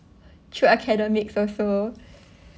through academic also